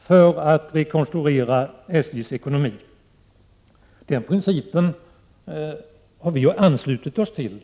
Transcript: syfte att rekonstruera SJ:s ekonomi. Den principen har vi anslutit oss till.